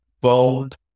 bold